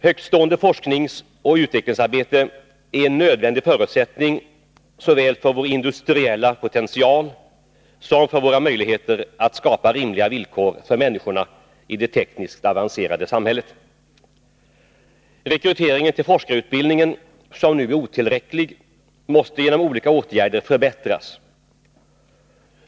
Högtstående forskningsoch utvecklingsarbete är en nödvändig förutsättning såväl för vår industriella potential som för våra möjligheter att skapa rimliga villkor för människorna i det tekniskt avancerade samhället. Rekryteringen till forskarutbildningen som nu är otillräcklig måste genom olika åtgärder förbättras.